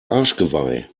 arschgeweih